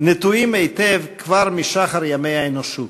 נטועים היטב כבר בשחר ימי האנושות,